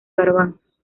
garbanzos